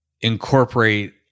incorporate